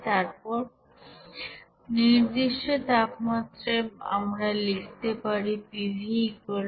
তারপর নির্দিষ্ট তাপমাত্রায় বাংলা লিখতে পারি pV nRT